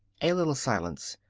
a little silence.